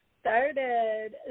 started